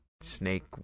snake